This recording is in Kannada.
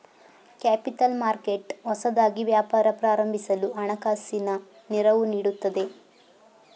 ಕ್ಯಾಪಿತಲ್ ಮರ್ಕೆಟ್ ಹೊಸದಾಗಿ ವ್ಯಾಪಾರ ಪ್ರಾರಂಭಿಸಲು ಹಣಕಾಸಿನ ನೆರವು ನೀಡುತ್ತದೆ